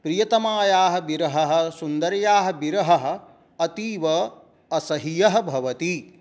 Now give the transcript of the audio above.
प्रियतमायाः विरहः सुन्दर्याः विरहः अतीव असह्यः भवति